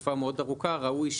לתקופה מאוד ארוכה ראוי,